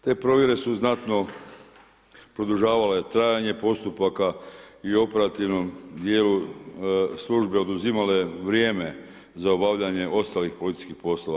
Te provjere su znatno produžavale trajanje postupaka i operativnom dijelu službe oduzimale vrijeme za obavljanje ostalih policijskih poslova.